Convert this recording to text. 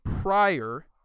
prior